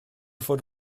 fod